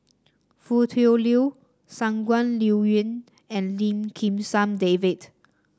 Foo Tui Liew Shangguan Liuyun and Lim Kim San David